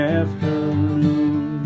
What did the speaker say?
afternoon